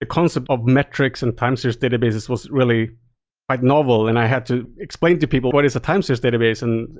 the concept of metrics and time series databases was really quite novel and i had to explain to people what is a time series database, and